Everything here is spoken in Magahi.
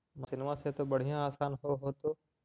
मसिनमा से तो बढ़िया आसन हो होतो?